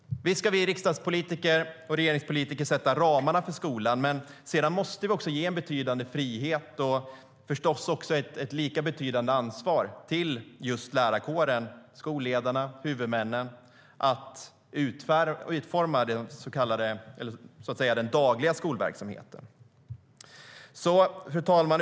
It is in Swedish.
Visst ska vi riksdagspolitiker och regeringspolitiker sätta ramarna för skolan, men sedan måste vi ge en betydande frihet och, förstås, ett lika betydande ansvar till just lärarkåren, skolledarna och huvudmännen att utforma den dagliga skolverksamheten. Fru talman!